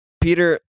Peter